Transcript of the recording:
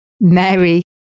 Mary